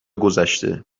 گذشته